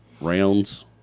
rounds